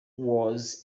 was